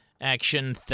action